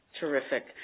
Terrific